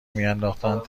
میانداختند